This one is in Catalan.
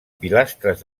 pilastres